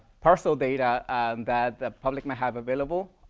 partial data that the public may have available